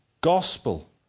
gospel